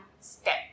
step